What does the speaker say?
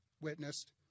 witnessed